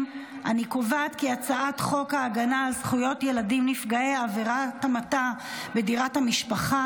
את הצעת חוק הגנה על זכויות ילדים נפגעי עבירת המתה בדירת המשפחה,